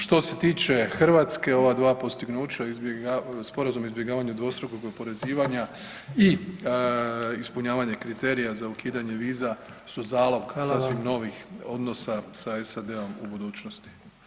Što se tiče Hrvatske ova dva postignuća Sporazum o izbjegavanju dvostrukog oporezivanja i ispunjavanje kriterija za ukidanje viza su zalog sasvim novih odnosa sa SAD-om u budućnosti.